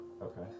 Okay